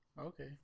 Okay